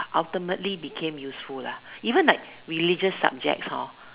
ultimately became useful lah even like religious subject hor